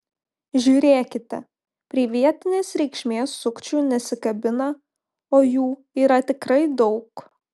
žiūrėkite prie vietinės reikšmės sukčių nesikabina o jų yra tikrai daug